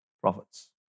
prophets